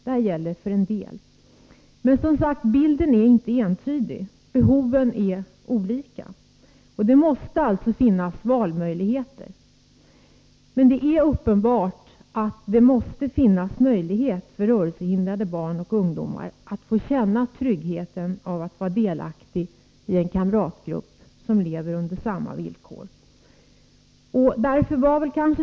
Men bilden är som sagt inte entydig. Behoven är olika. Det måste alltså finnas valmöjligheter. Det är uppenbart att rörelsehindrade barn och ungdomar måste få känna tryggheten av att vara delaktiga i en kamratgrupp som lever under samma villkor.